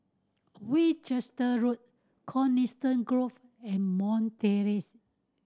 Winchester Road Coniston Grove and Terrace